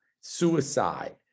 suicide